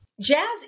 Jazz